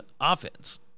offense